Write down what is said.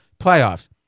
playoffs